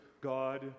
God